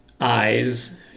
eyes